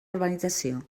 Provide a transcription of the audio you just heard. urbanització